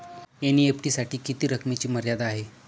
NEFT साठी किती रकमेची मर्यादा आहे?